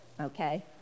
okay